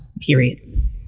period